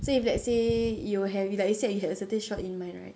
so if let's say you will have like you said you had a certain shot in mind right